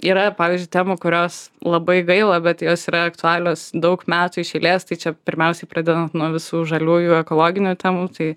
yra pavyzdžiui temų kurios labai gaila bet jos yra aktualios daug metų iš eilės tai čia pirmiausiai pradedant nuo visų žaliųjų ekologinių temų tai